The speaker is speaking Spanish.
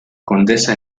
condesa